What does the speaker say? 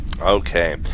Okay